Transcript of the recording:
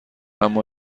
اما